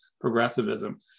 progressivism